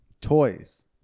Toys